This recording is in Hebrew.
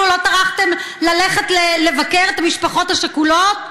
לא טרחתם ללכת לבקר את המשפחות השכולות.